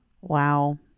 Wow